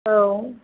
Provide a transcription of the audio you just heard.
औ